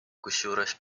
kusjuures